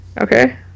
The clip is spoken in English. Okay